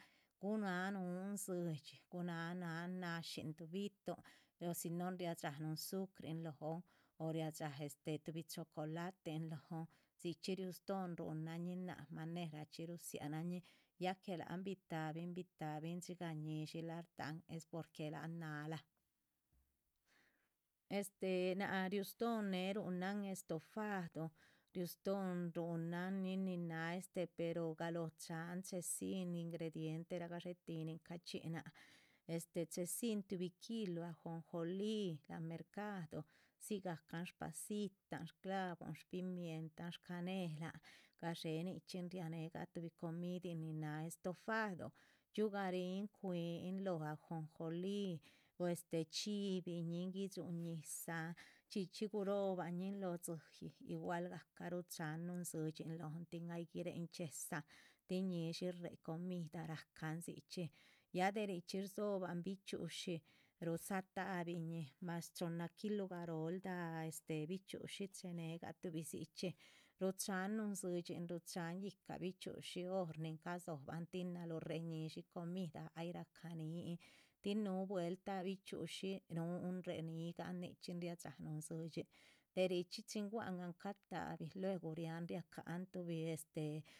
Gu nan nuun tsiyi gu nan nashi tuh bitun o si no riesha nuhun zucrin lóhn o riesha tuhbi chocolatin lóhn sichxi ryustun runannin naah manerachxi rusiananin ya que. laan bitabin bitabin chin siga nishila tan es porque an nalah. naah ryustun neh runan estofado ryustun runannin nina per galo chan chedzin ingrediente, gasheti nin chinan chdzin tuhbi kilo ajonjoli la´an mercadu dzigacan pasita. clavo pimientan canelan gashe nichxin riangan tuhbi comidin nin naah estofado yiugarin cuin lóh ajonjoli chibinin guishuñizahn chxicxhi gurianin lo tsiyi igualgaca. rushan nuhun tsiyin lóhn guirenchiezan tin ñishi reh comida racan sichxi ya dericxhi dzoban bichuishi rusatabinin mas chona kilo garoldan bichushi chenega tuhbi sicxhi. ruchan nuhun tsiyin ica bichushi horcxhi ba dzoban tin ree nishin comida ay raca niin tin nu buelta bichushin nuhun ren niígan nichxi ryesha tsiyin derichxi chin. guan an catabi rian riacan tuhbi este